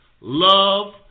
love